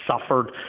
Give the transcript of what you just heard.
suffered